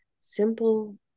simple